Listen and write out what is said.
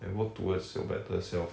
and work towards your better self